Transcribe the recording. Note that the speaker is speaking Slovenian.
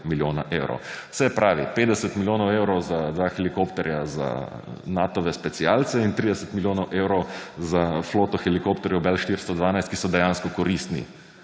milijona evrov. Se pravi 50 milijonov evrov za dva helikopterja za Natove specialce in 30 milijonov evrov za floto helikopterjev bell 412, ki so dejansko koristni